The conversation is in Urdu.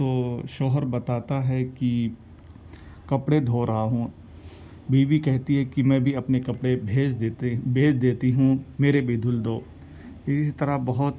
تو شوہر بتاتا ہے کہ کپڑے دھو رہا ہوں بیوی کہتی ہے کہ میں بھی اپنے کپڑے بھیج دیتے بھیج دیتی ہوں میرے بھی دھل دو اسی طرح بہت